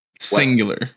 Singular